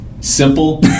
Simple